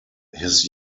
his